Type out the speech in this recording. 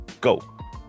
Go